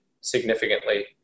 significantly